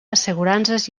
assegurances